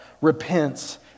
repents